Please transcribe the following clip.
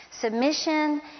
Submission